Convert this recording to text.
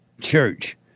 church